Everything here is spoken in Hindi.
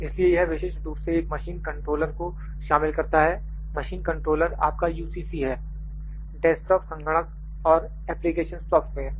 इसलिए यह विशिष्ट रूप से एक मशीन कंट्रोलर को शामिल करता है मशीन कंट्रोलर आपका UCC है डेस्कटॉप संगणक और एप्लीकेशन सॉफ्टवेयर